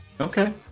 Okay